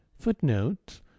Footnote